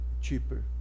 cheaper